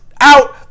out